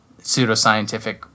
pseudoscientific